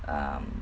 um